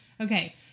Okay